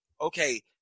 okay